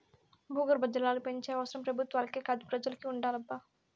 భూగర్భ జలాలు పెంచే అవసరం పెబుత్వాలకే కాదు పెజలకి ఉండాలబ్బా